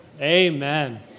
Amen